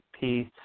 peace